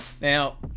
Now